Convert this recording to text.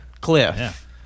Cliff